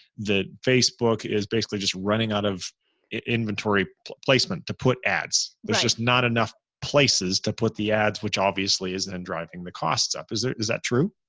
that facebook is basically just running out of inventory placement to put ads. there's just not enough places to put the ads, which obviously then and driving the costs up. is there, is that true?